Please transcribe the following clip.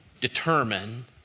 determine